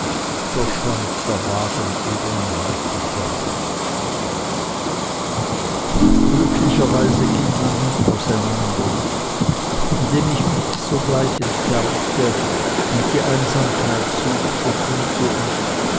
verschwand der wagen eben in weiter ferne glücklicherweise ging man nun auseinander und indem ich mich sogleich entfernte und die einsamkeit suchte fühlte ich